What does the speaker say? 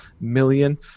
million